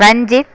Ranjith